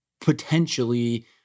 potentially